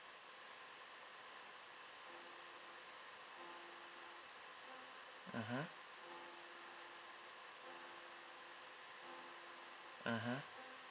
mmhmm mmhmm